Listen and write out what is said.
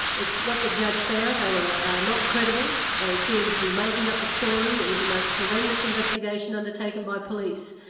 it's what the judge found. they were not credible, they seemed to be making up the story, it was the most horrendous investigation undertaken by police.